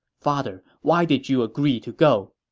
father, why did you agree to go?